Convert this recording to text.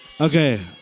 Okay